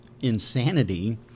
insanity